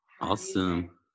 Awesome